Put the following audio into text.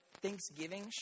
Thanksgiving